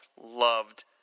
loved